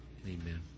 Amen